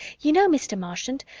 you know, mr. marchant,